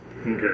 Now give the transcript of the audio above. Okay